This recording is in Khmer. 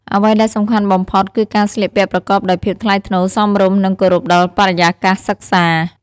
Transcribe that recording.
អ្វីដែលសំខាន់បំផុតគឺការស្លៀកពាក់ប្រកបដោយភាពថ្លៃថ្នូរ សមរម្យ និងគោរពដល់បរិយាកាសសិក្សា។